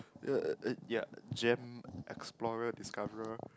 uh yea gem explorer discover